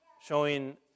showing